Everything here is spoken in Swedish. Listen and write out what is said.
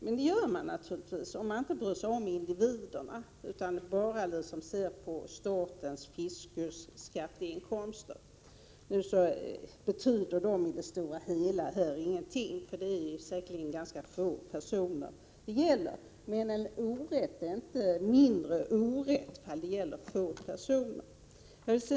Men det gör man naturligtvis, om man inte bryr sig om individerna, utan bara ser till statens fiskusskatteinkomster. Nu betyder dessa i det här sammanhanget praktiskt taget ingenting, eftersom det förmodligen är ganska få personer det gäller. Men en orätt blir inte mindre bara därför att den drabbar få personer.